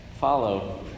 follow